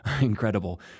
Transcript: incredible